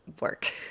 work